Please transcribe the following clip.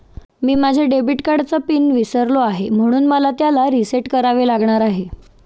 मी माझ्या डेबिट कार्डचा पिन विसरलो आहे म्हणून मला त्याला रीसेट करावे लागणार आहे